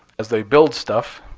as they build stuff,